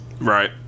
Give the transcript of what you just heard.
Right